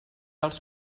als